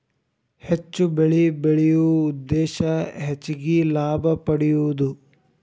ಹೆಚ್ಚು ಬೆಳಿ ಬೆಳಿಯು ಉದ್ದೇಶಾ ಹೆಚಗಿ ಲಾಭಾ ಪಡಿಯುದು